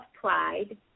pride